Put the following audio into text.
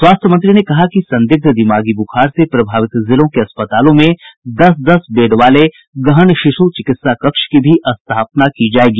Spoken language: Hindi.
स्वास्थ्य मंत्री ने कहा कि संदिग्ध दिमागी बुखार से प्रभावित जिलों के अस्पतालों में दस दस बेड के गहन शिशु चिकित्सा कक्ष की भी स्थापना की जायेगी